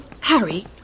Harry